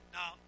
Now